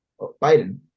Biden